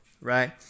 right